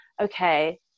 Okay